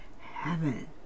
heaven